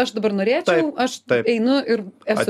aš dabar norėčiau aš einu ir esu